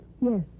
Yes